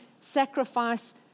sacrifice